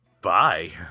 bye